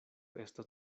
estas